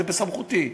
זה בסמכותי,